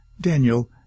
Daniel